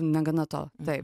negana to taip